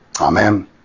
Amen